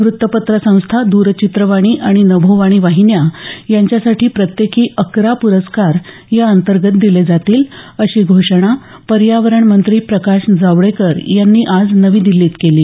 वृत्तपत्र संस्था द्रचित्रवाणी आणि नभोवाणी वाहिन्या यांच्यासाठी प्रत्येकी अकरा प्रस्कार या अंतर्गत दिले जातील अशी घोषणा पर्यावरण मंत्री प्रकाश जावडेकर यांनी आज नवी दिल्लीत केली